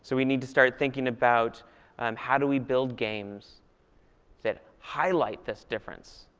so we need to start thinking about um how do we build games that highlight this difference,